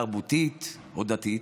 תרבותית או דתית,